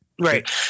Right